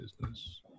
business